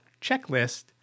checklist